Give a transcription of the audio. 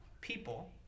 people